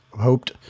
hoped